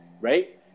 right